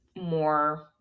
more